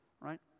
right